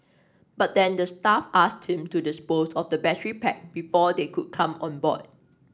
but then the staff asked him to dispose of the battery pack before they could come on board